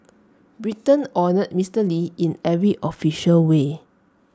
Britain honoured Mister lee in every official way